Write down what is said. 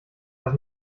das